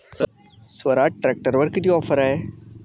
स्वराज ट्रॅक्टरवर किती ऑफर आहे?